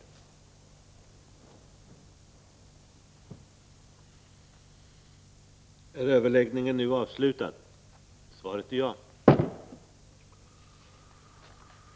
19 november 1985